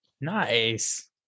Nice